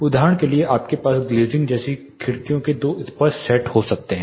उदाहरण के लिए आपके पास ग्लेज़िंग जैसी खिड़कियों के दो स्पष्ट सेट हो सकते हैं